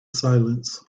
silence